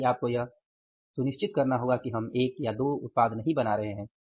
इसलिए आपको यह सुनिश्चित करना होगा कि हम एक या दो उत्पाद नहीं बना रहे हैं